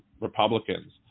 republicans